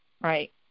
right